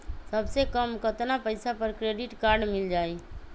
सबसे कम कतना पैसा पर क्रेडिट काड मिल जाई?